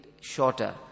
shorter